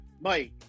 Mike